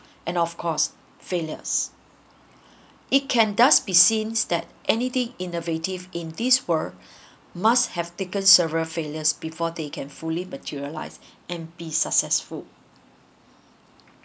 and of course failures it can does be seen that anything innovative in these world must have taken several failures before they can fully materialize and be successful